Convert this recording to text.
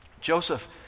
Joseph